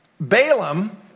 Balaam